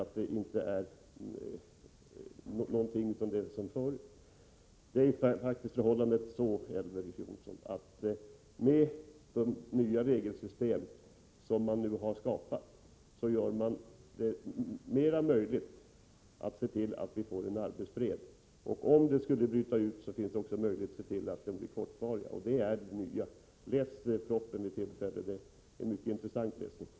Förhållandet är faktiskt det, Elver Jonsson, att det nya regelsystem som nu har skapats ger större möjligheter till arbetsfred. Om konflikter skulle bryta ut finns det nu också möjligheter att se till att de blir kortvariga. Läs vid tillfälle propositionen, som är mycket intressant läsning.